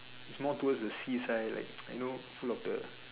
it's more towards the seaside like you know full of the